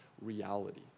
reality